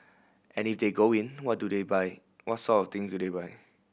and if they go in what do they buy what sort things do they buy